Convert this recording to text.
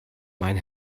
mein